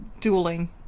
dueling